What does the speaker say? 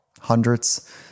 hundreds